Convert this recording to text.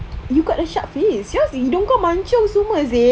you got a sharp face your hidung kau mancung semua seh